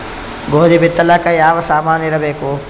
ಗೋಧಿ ಬಿತ್ತಲಾಕ ಯಾವ ಸಾಮಾನಿರಬೇಕು?